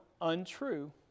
untrue